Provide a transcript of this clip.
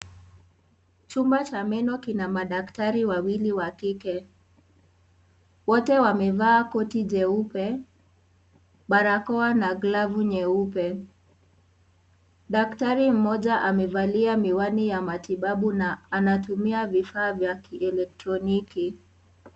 Chumba cha meno kina madaktari wawili wa kike . Wote wamevaa koti jeupe , barakoa na glavu nyeupe . Daktari mmoja amevalia miwani ya matibabu na anatumia vifaa vya kielektroniki.